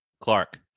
Clark